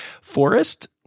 forest